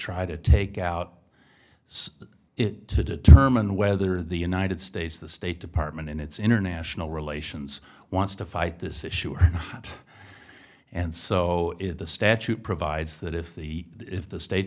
try to take out so it to determine whether the united states the state department in its international relations wants to fight this issue or not and so the statute provides that if the if the state